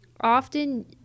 often